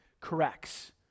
Corrects